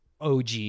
og